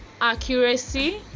accuracy